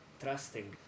trusting